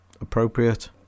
appropriate